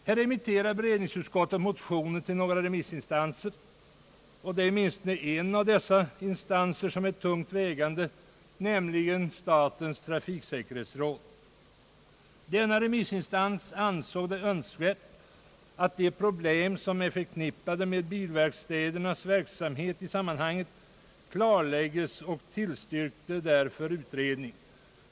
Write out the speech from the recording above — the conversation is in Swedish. Här remitterar beredningsutskottet motionen till några remissinstanser — åtminstone en av dem tungt vägande, nämligen statens trafiksäkerhetsverk. Denna remissinstans ansåg det önskvärt att de problem, som är förknippade med bilverkstädernas verksamhet i sammanhanget, klarlägges. Därför tillstyrkte verket en utredning.